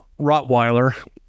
Rottweiler